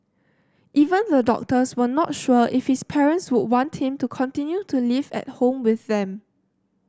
even the doctors were not sure if his parents would want him to continue to live at home with them